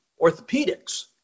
orthopedics